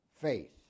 Faith